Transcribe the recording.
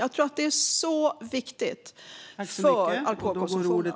Jag tror att det är så viktigt med tanke på alkoholkonsumtionen.